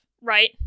right